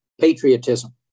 patriotism